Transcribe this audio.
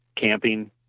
camping